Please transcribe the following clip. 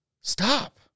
Stop